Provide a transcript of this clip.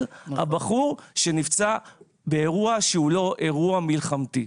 הבחור שנפצע באירוע שהוא לא אירוע מלחמתי.